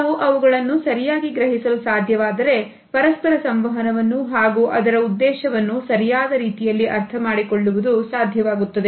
ನಾವು ಅವುಗಳನ್ನು ಸರಿಯಾಗಿ ಗ್ರಹಿಸಲು ಸಾಧ್ಯವಾದರೆ ಪರಸ್ಪರ ಸಂವಹನವನ್ನು ಹಾಗೂ ಅದರ ಉದ್ದೇಶವನ್ನು ಸರಿಯಾದ ರೀತಿಯಲ್ಲಿ ಅರ್ಥ ಮಾಡಿಕೊಳ್ಳುವುದು ಸಾಧ್ಯವಾಗುತ್ತದೆ